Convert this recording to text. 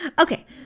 Okay